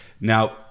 Now